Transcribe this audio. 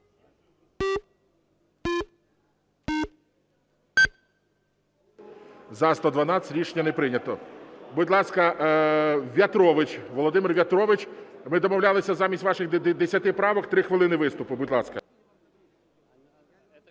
За-112 Рішення не прийнято. Будь ласка, В'ятрович, Володимир В'ятрович. Ми домовлялися: замість ваших 10 правок 3 хвилини виступу. Будь ласка.